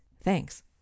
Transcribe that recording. thanks